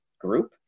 group